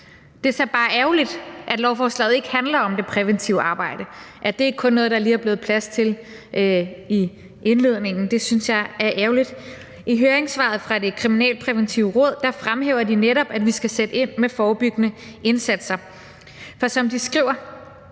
Det er så bare ærgerligt, at lovforslaget ikke handler om det præventive arbejde; at det kun er noget, der lige er blevet plads til i indledningen, synes jeg er ærgerligt. I høringssvaret fra Det Kriminalpræventive Råd fremhæver de netop, at vi skal sætte ind med forebyggende indsatser. For som de skriver: